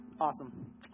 Awesome